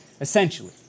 essentially